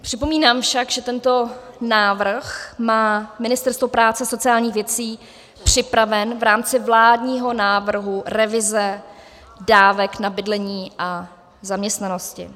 Připomínám však, že tento návrh má Ministerstvo práce a sociálních věcí připraven v rámci vládního návrhu revize dávek na bydlení a zaměstnanosti.